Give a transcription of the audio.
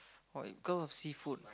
what you got of seafood